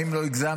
האם לא הגזמתם?